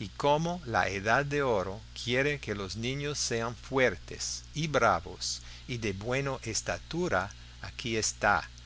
y como la edad de oro quiere que los niños sean fuertes y bravos y de bueno estatura aquí está